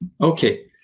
Okay